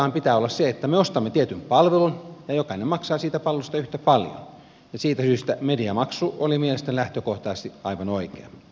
lähtökohdanhan pitää olla se että me ostamme tietyn palvelun ja jokainen maksaa siitä palvelusta yhtä paljon ja siitä syystä mediamaksu oli mielestäni lähtökohtaisesti aivan oikea